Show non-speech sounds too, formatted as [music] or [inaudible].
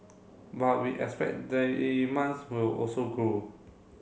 but we expect [unintelligible] will also grow